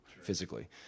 physically